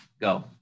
Go